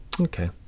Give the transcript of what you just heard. okay